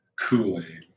Kool-Aid